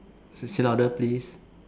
say say louder please